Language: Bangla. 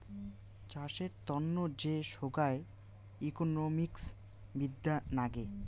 চাষের তন্ন যে সোগায় ইকোনোমিক্স বিদ্যা নাগে